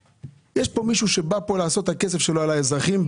יש פה מישהו שבא פה לעשות את הכסף שלו על האזרחים.